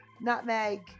nutmeg